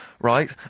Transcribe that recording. right